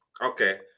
Okay